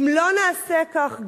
אם לא נעשה כך,